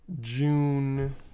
June